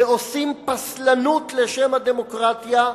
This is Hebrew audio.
ועושים פסלנות לשם הדמוקרטיה,